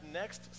next